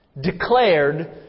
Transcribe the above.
declared